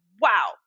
wow